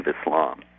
Islam